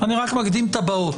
אני רק מקדים את הבאות.